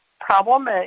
problem